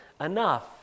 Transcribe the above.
enough